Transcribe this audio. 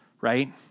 right